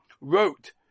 wrote